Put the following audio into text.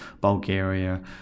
Bulgaria